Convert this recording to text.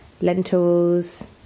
lentils